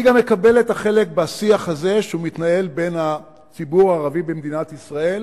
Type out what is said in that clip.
אני גם מקבל את החלק בשיח הזה שמתנהל בין הציבור הערבי במדינת ישראל